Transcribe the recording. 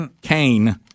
Cain